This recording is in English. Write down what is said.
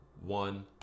one